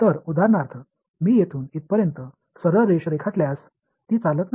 तर उदाहरणार्थ मी येथून इथपर्यंत सरळ रेष रेखाटल्यास ती चालत नाही